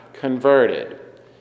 Converted